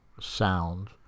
sound